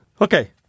Okay